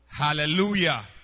Hallelujah